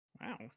Wow